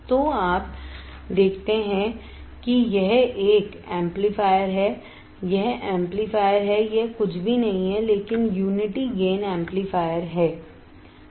तो आप देखते हैं कि यह एक एम्पलीफायर है यह एम्पलीफायर है यह कुछ भी नहीं है लेकिन यूनिटी गेन एम्पलीफायरहै